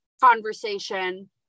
conversation